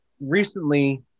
recently